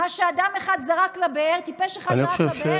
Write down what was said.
מה שטיפש אחד זרק לבאר,